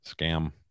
scam